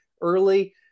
early